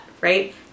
right